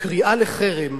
שקריאה לחרם,